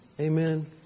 Amen